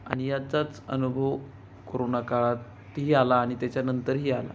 आणि याचाच अनुभव कोरोना काळातही आला आणि त्याच्यानंतरही आला